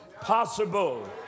possible